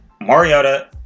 Mariota